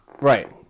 Right